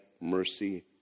mercy